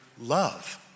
love